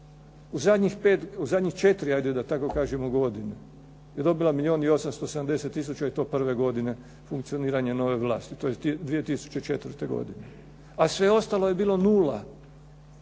u zadnjih četiri ajde da tako kažemo godine je dobila milijun i 870 tisuća i to prve godine funkcioniranja nove vlasti, tj. 2004. godine. A sve ostalo je bilo nula